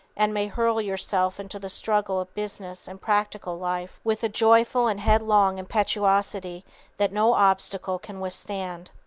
and may hurl yourself into the struggles of business and practical life with a joyful and headlong impetuosity that no obstacle can withstand.